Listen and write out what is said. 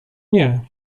nie